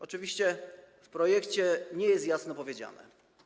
Oczywiście w projekcie to nie jest jasno powiedziane.